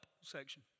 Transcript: section